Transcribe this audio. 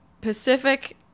Pacific